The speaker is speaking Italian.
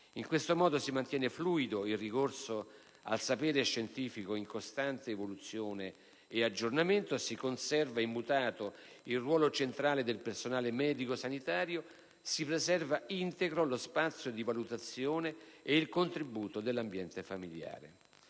In questo modo si mantiene fluido il ricorso al sapere scientifico in costante evoluzione e aggiornamento, si conserva immutato il ruolo centrale del personale medico-sanitario, si preserva integro lo spazio di valutazione e il contributo dell'ambiente familiare.